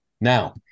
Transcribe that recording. Now